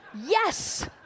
yes